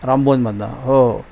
रामभुवनमधून हो